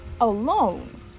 alone